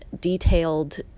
detailed